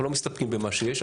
אנחנו לא מסתפקים במה שיש.